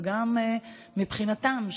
וגם מבחינתם,